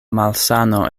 malsano